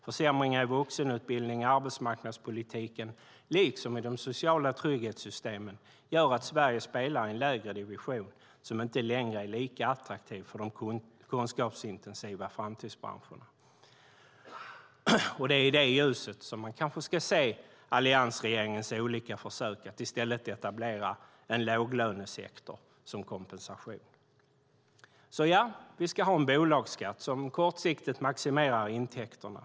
Försämringar i vuxenutbildningar och arbetsmarknadspolitiken, liksom i de sociala trygghetssystemen, gör att Sverige spelar i en lägre division som inte är lika attraktiv för de kunskapsintensiva framtidsbranscherna. Det är i detta ljus man kanske ska se alliansregeringens olika försök att i stället etablera en låglönesektor som kompensation. Ja, vi ska alltså ha en bolagsskatt som kortsiktigt maximerar intäkterna.